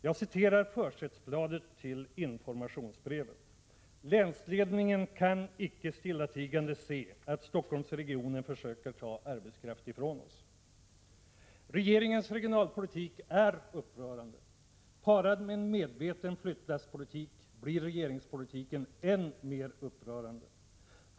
Jag citerar försättsbladet till informationsbrevet: ”Länsledningen kan inte stillatigande se att Stockholms-regionen försöker ta arbetskraft från OSS.” Regeringens regionalpolitik är upprörande. Parad med medveten flyttlasspolitik blir regeringspolitiken än mer upprörande.